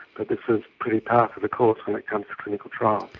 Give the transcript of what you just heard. but this is pretty par for the course when it comes to clinical trials.